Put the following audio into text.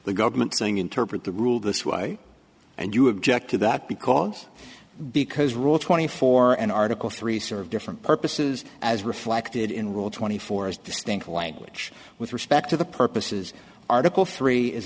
the government saying interpret the rule this way and you object to that because because rule twenty four and article three serve different purposes as reflected in rule twenty four as distinct language with respect to the purposes article three is